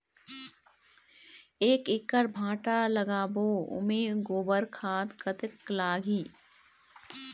एक एकड़ भांटा लगाबो ओमे गोबर खाद कतक लगही?